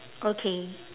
okay